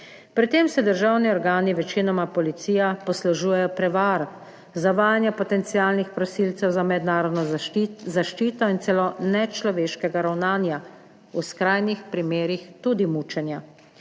Pri tem se državni organi, večinoma policija, poslužujejo prevar, zavajanja potencialnih prosilcev za mednarodno zaščito in celo nečloveškega ravnanja, v skrajnih primerih tudi mučenja.